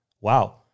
Wow